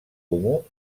comú